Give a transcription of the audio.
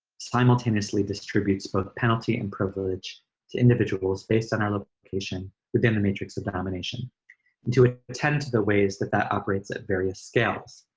simultaneously distributes both penalty and privilege to individuals based on our location within the matrix of domination. and to ah attend to the ways that that operates at various scales,